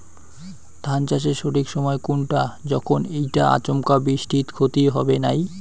ধান চাষের সঠিক সময় কুনটা যখন এইটা আচমকা বৃষ্টিত ক্ষতি হবে নাই?